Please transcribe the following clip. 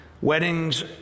Weddings